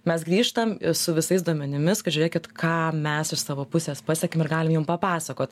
mes grįžtam su visais duomenimis kad žiūrėkit ką mes iš savo pusės pasiekėm ir galim jum papasakot